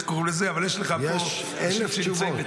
אבל יש לך פה --- יש אלף תשובות.